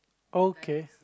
okay